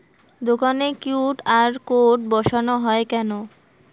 দোকানে QR code বসানো হয় কেন?